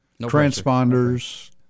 Transponders